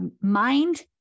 mind